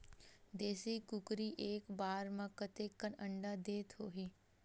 देशी कुकरी एक बार म कतेकन अंडा देत होही?